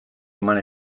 eman